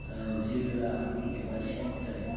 जिल्ला एबा सेन्ट्रेल